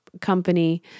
company